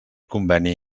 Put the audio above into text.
conveni